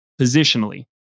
positionally